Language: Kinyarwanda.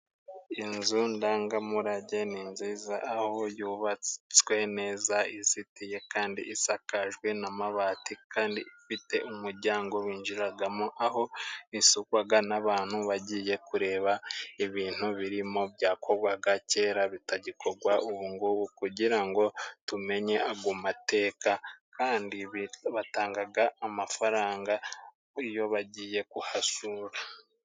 Inzu ndangamurage ni nziza aho yubatswe neza, izitiye kandi isakajwe n'amabati, kandi ifite umujyango winjiragamo aho isugwaga n'abantu bagiye kureba ibintu birimo byakogwaga kera bitagikogwa ubu ngubu, kugira ngo tumenye ago mateka kandi batangaga amafaranga iyo bagiye kuhasura.